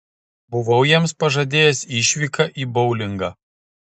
buvau jiems pažadėjęs išvyką į boulingą